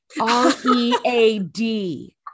R-E-A-D